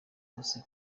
bose